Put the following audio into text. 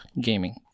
Gaming